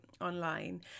online